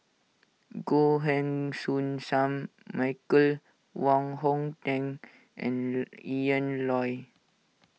Goh Heng Soon Sam Michael Wong Hong Teng and Ian Loy